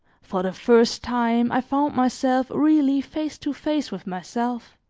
for the first time, i found myself really face to face with myself